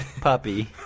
puppy